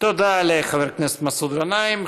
תודה לחבר הכנסת מסעוד גנאים.